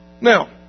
Now